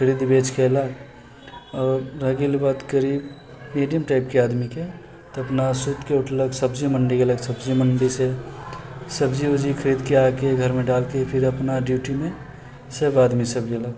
खरीद बेच केलक आओर रहल गेल बात गरीब मीडियम टाइपके आदमीके तऽ अपना सुतिकऽ उठलक सब्जी मण्डी गेलक सब्जी मण्डीसँ सब्जी उब्जी खरीदकऽ आके घरमे डालके फिर अपना ड्यूटीमे सब आदमीसब गेलक